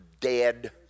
dead